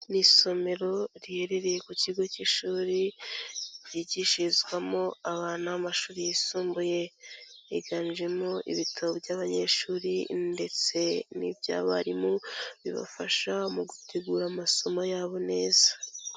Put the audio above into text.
Ni isomero riherereye ku kigo cy'ishuri ryigishirizwamo abana, amashuri yisumbuye, higanjemo ibitabo by'abanyeshuri ndetse n'iby'abarimu, bibafasha mu gutegura amasomo yabo neza.